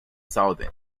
southern